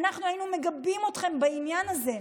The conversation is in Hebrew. אנחנו היינו מגבים אתכם בעניין הזה.